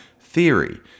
theory